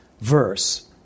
verse